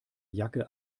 jacke